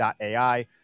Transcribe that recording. .ai